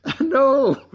No